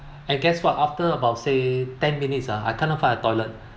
I guess what after about say ten minutes ah I cannot find a toilet